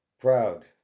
proud